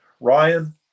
Ryan